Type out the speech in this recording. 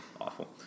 Awful